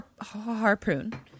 harpoon